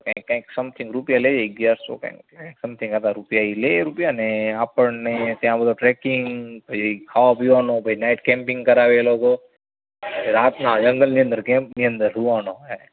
કંઈક કંઈક સમથિંગ રૂપિયા લે એ અગિયારસો કંઈક સમથિંગ આટલા રૂપિયા એ લે એ રૂપિયા અને આપણને ત્યાં પેલા ટ્રેકિંગ પછી ખાવા પીવાનું પછી નાઇટ કેમ્પિંગ કરાવે એ લોકો રાતના જંગલની અંદર કેમ્પની અંદર સૂવાનું